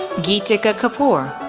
geetika kapoor,